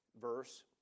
verse